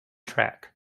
track